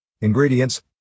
Ingredients